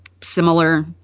similar